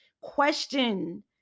Question